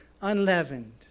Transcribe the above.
unleavened